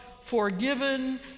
forgiven